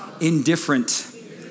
indifferent